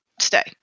Stay